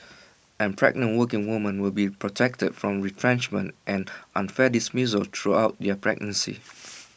and pregnant working women will be protected from retrenchment and unfair dismissal throughout their pregnancy